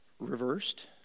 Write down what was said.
reversed